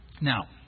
Now